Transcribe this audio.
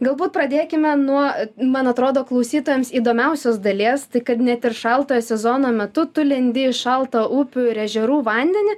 galbūt pradėkime nuo man atrodo klausytojams įdomiausios dalies tai kad net ir šaltojo sezono metu tu lendi į šaltą upių ir ežerų vandenį